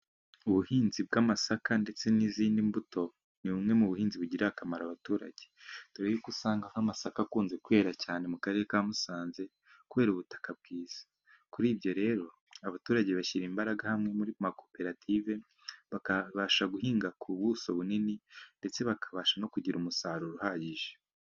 Ubuhinzi bw'amasaka ndetse n'izindi mbuto, ni bumwe mu buhinzi bugirira akamaro abaturage, dore yuko usanga nk'amasaka akunze kwera cyane mu Karere ka Musanze, kubera ubutaka bwiza, kuri ibyo rero abaturage bashyira imbaraga hamwe mu makoperative, bakabasha guhinga ku buso bunini ndetse bakabasha no kugira umusaruro uhagije.